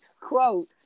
Quote